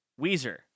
Weezer